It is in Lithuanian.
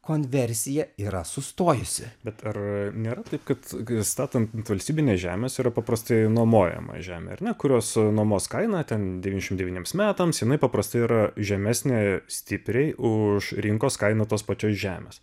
konversija yra sustojusi bet ar nėra taip kad statant ant valstybinės žemės yra paprastai nuomojama žemė ar ne kurios nuomos kaina ten devyniasdešimt devyni iems metams jinai paprastai yra žemesnė stipriai už rinkos kainą tos pačios žemės